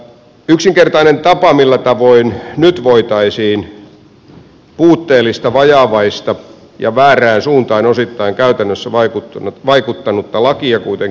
yksinkertainen tapa korjausliikkeeseen millä tavoin nyt voitaisiin puutteellista vajavaista ja osittain väärään suuntaan käytännössä vaikuttanutta laki uuden